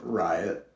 riot